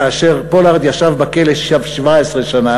כאשר פולארד ישב בכלא 17 שנה,